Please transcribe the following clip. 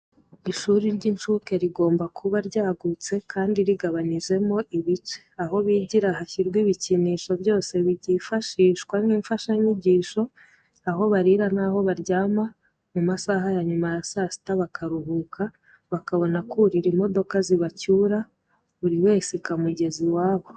Ishuri ry'incuke rigomba kuba ryagutse kandi rigabanijemo ibice: aho bigira hakwirwa ibikinisho byose byifashishwa nk'imfashanyigisho, aho barira n'aho baryama mu masaha ya nyuma ya saa sita, bakaruhuka, bakabona kurira imodoka zibacyura, buri wese ikamugeza iwabo.